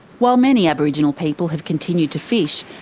while many aboriginal people have continued to fish,